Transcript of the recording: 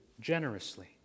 generously